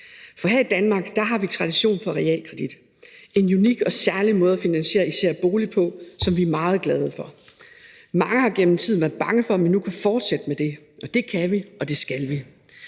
Her i Danmark har vi tradition for realkredit, som er en unik og særlig måde at finansiere især boliger på, som vi er meget glade for. Mange har gennem tiden været bange for, om vi nu kunne fortsætte med det. Det kan vi, og det skal vi.